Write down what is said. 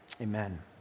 Amen